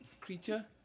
creature